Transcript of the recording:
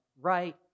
right